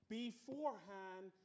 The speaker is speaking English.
beforehand